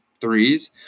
threes